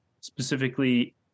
specifically